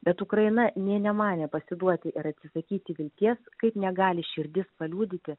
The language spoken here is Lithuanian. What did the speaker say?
bet ukraina nė nemanė pasiduoti ir atsisakyti vilties kaip negali širdis paliudyti